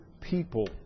people